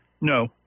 No